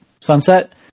Sunset